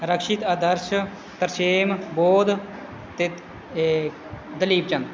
ਰਕਸ਼ਿਤ ਆਦਰਸ਼ ਤਰਸ਼ੇਮ ਬੋਧ ਅਤੇ ਦਲੀਪ ਚੰਦ